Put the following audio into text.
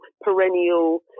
perennial